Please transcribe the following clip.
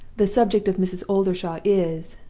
the subject of mrs. oldershaw is,